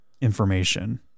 information